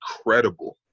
incredible